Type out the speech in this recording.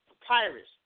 Papyrus